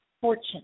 fortune